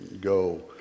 go